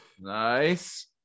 nice